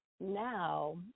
now